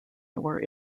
were